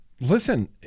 Listen